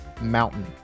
mountain